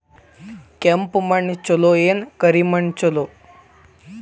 ಕೆಂಪ ಮಣ್ಣ ಛಲೋ ಏನ್ ಕರಿ ಮಣ್ಣ ಛಲೋ?